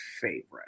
favorite